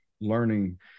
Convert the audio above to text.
learning